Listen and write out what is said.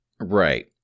Right